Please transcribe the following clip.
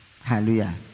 Hallelujah